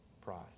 pride